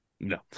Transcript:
No